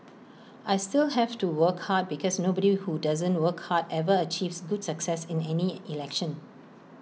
I still have to work hard because nobody who doesn't work hard ever achieves good success in any election